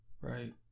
right